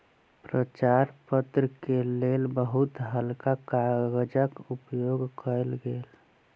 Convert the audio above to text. प्रचार पत्र के लेल बहुत हल्का कागजक उपयोग कयल गेल